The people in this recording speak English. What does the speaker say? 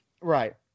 Right